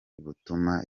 butuma